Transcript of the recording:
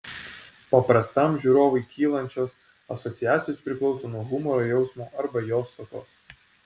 paprastam žiūrovui kylančios asociacijos priklauso nuo humoro jausmo arba jo stokos